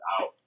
out